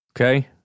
okay